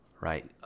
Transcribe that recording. right